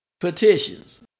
Petitions